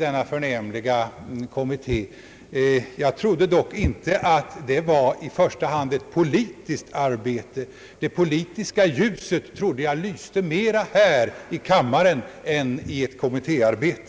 den förnämliga kommitté som han tillhörde. Jag trodde dock inte att det i första hand var ett politiskt arbete. Det politiska ljuset trodde jag lyste mera här i kammaren än i ett kommittéarbete.